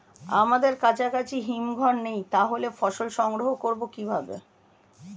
আমাদের কাছাকাছি হিমঘর নেই তাহলে ফসল সংগ্রহ করবো কিভাবে?